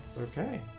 Okay